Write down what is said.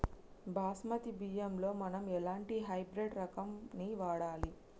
బాస్మతి బియ్యంలో మనం ఎలాంటి హైబ్రిడ్ రకం ని వాడాలి?